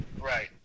Right